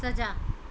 ਸੱਜਾ